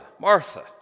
Martha